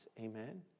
Amen